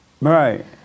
Right